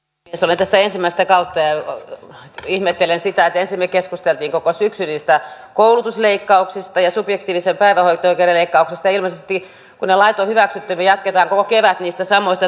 olen tässä ensimmäistä kautta ja ihmettelen sitä että ensin me keskustelimme koko syksyn niistä koulutusleikkauksista ja subjektiivisen päivähoito oikeuden leikkauksesta ja ilmeisesti kun ne lait on hyväksytty jatketaan koko kevät niistä samoista